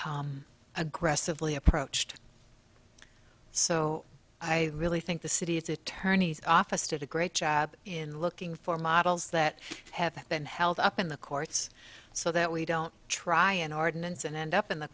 aggressively approached so i really think the city attorney's office did a great job in looking for models that have been held up in the courts so that we don't try and ordinance and end up in the